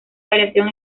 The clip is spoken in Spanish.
variación